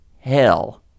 hell